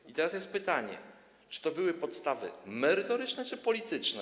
I teraz jest pytanie, czy były podstawy merytoryczne czy polityczne.